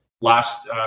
last